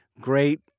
great